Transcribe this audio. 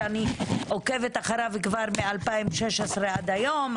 שאני עוקבת אחריו מ-2016 ועד היום,